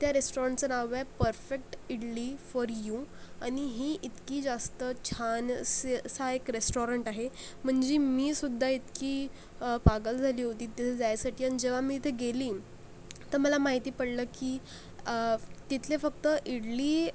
त्या रेस्टॉरंटचं नाव आहे परफेक्ट इडली फॉर यू आणि ही इतकी जास्त छान स असा एक रेस्टॉरंट आहे म्हणजे मीसुद्धा इतकी पागल झाली होती तिथं जायसाठी आणि जेव्हा मी तिथं गेली तर मला माहिती पडलं की तिथले फक्त इडली